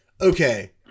okay